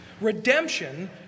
Redemption